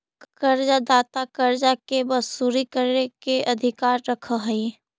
कर्जा दाता कर्जा के वसूली करे के अधिकार रखऽ हई